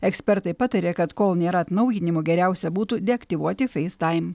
ekspertai pataria kad kol nėra atnaujinimų geriausia būtų deaktyvuoti facetime